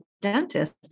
dentist